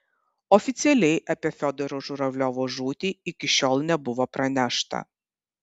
oficialiai apie fiodoro žuravliovo žūtį iki šiol nebuvo pranešta